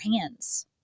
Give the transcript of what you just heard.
hands